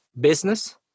business